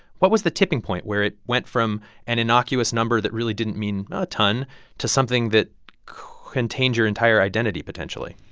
what was the tipping point where it went from an innocuous number that really didn't mean a ton to something that contained your entire identity, potentially?